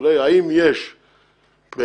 האם יש באמת